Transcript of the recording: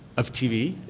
of tv?